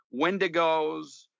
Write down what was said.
wendigos